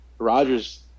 Rogers